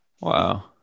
Wow